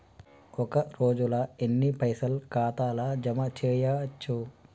ఒక రోజుల ఎన్ని పైసల్ ఖాతా ల జమ చేయచ్చు?